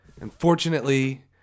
unfortunately